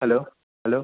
hello hello